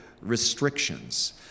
restrictions